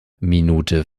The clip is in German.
minute